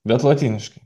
bet lotyniškai